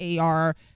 AR